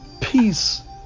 Peace